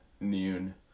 noon